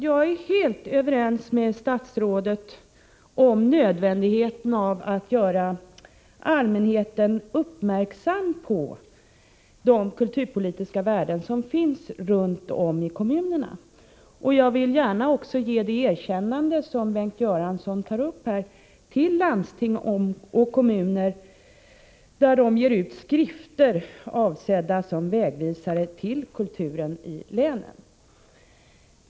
Jag är helt överens med statsrådet om nödvändigheten av att göra allmänheten uppmärksam på de kulturpolitiska värden som finns runt om i kommunerna, och jag vill gärna instämma i Bengt Göranssons erkännande till landsting och kommuner för att de ger ut skrifter avsedda som vägvisare till kulturen i länen.